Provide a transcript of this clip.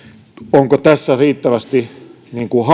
onko meillä tässä riittävästi